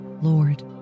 Lord